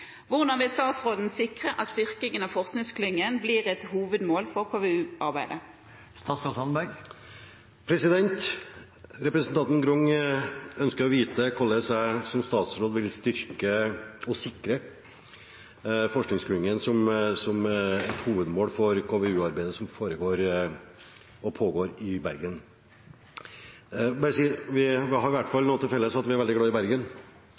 Hvordan vil statsråden sikre at styrking av forskningsklyngen blir et hovedmål for KVU-arbeidet?» Representanten Grung ønsker å vite hvordan jeg som statsråd vil sikre at styrking av forskningsklyngen blir et hovedmål for KVU-arbeidet som pågår i Bergen. Jeg vil bare si at vi har i hvert fall noe til felles: Vi er veldig glad i Bergen.